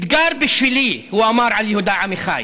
אתגר בשבילי, הוא אמר על יהודה עמיחי,